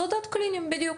שדות קליניים, בדיוק